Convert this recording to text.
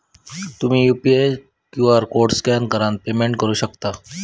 तुम्ही UPI QR code scan करान payment करू शकता